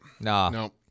No